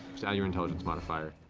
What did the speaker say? add your intelligence modifier.